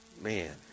Man